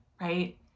right